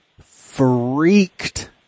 freaked